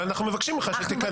אבל אנחנו מבקשים ממך שתיכנס.